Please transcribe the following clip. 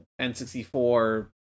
N64